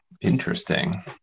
Interesting